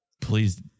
please